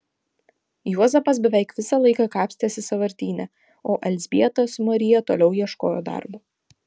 juozapas beveik visą laiką kapstėsi sąvartyne o elzbieta su marija toliau ieškojo darbo